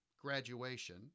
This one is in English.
graduation